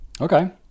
Okay